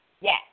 Yes